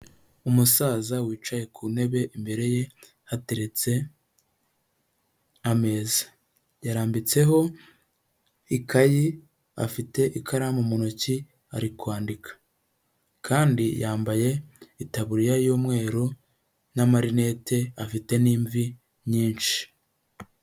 Umusaza wicaye ku ntebe, imbere ye hateretse ameza, yarambitseho ikayi, afite ikaramu mu ntoki ari kwandika kandi yambaye itaburiya y'umweru n'amarinete afite n'imvi nyinshi.